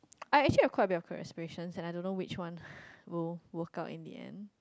I actually have quite vocal expressions and I don't know which one will work out in the end